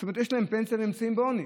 זאת אומרת, יש להם פנסיה והם נמצאים בעוני.